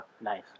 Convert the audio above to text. nice